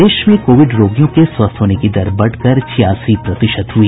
प्रदेश में कोविड रोगियों के स्वस्थ होने की दर बढ़कर छियासी प्रतिशत हुई